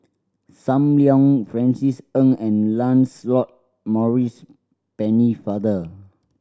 Sam Leong Francis Ng and Lancelot Maurice Pennefather